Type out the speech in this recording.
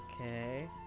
Okay